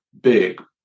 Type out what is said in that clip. big